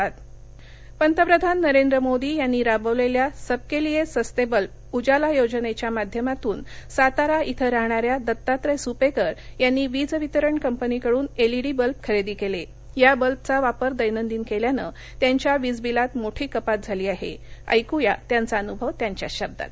लाभार्थी बाईटः पंतप्रधान नरेंद्र मोदी यांनी राबविलखी सबकालिए सस्तबिल्ब उजाला योजनच्या माध्यमातून सातारा इथं राहणाऱ्या दत्तात्र्य सुपक्रि यांनी वीज वितरण कंपनीकडून एलईडी बल्ब खरटी कलिधा बल्बचा वापर दैनंदिन कल्यानस्त्रांच्या वीज बिलात मोठी कपात झाली आहा ऐकूया त्यांचा अनुभव त्यांच्या शब्दांत